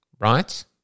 right